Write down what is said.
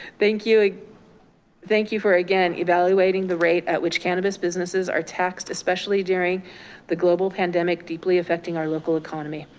thank you thank you for again evaluating the rate at which cannabis businesses are taxed, especially during the global pandemic deeply affecting our local economy.